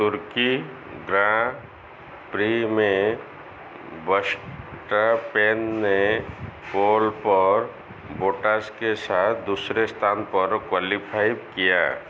तुर्की grand prix में Verstappen ने pole पर बोटास के साथ दूसरे स्थान पर क्वालीफाई किया